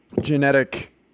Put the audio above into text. genetic